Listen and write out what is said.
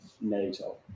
NATO